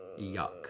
Yuck